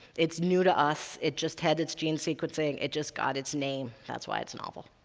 it's new to us, it just had its gene sequencing, it just got its name that's why it's novel.